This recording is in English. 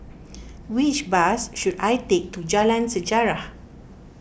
which bus should I take to Jalan Sejarah